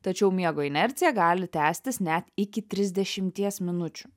tačiau miego inercija gali tęstis net iki trisdešimties minučių